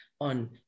on